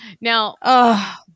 Now